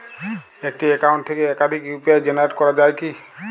একটি অ্যাকাউন্ট থেকে একাধিক ইউ.পি.আই জেনারেট করা যায় কি?